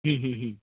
হুম হুম হুম